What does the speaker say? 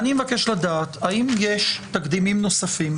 אני מבקש לדעת האם יש תקדימים נוספים.